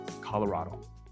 Colorado